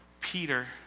Peter